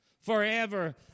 forever